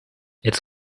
its